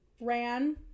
Ran